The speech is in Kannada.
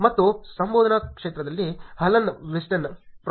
ಮತ್ತು ಸಂಶೋಧನಾ ಕ್ಷೇತ್ರದಲ್ಲಿ ಅಲನ್ ವೆಸ್ಟಿನ್ Prof